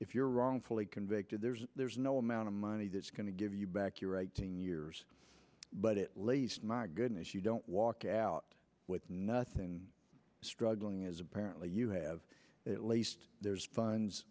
if you're wrongfully convicted there's there's no amount of money that's going to give you back your eighteen years but it least my goodness you don't walk out with nothing and struggling as apparently you have at least there's funds